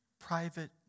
private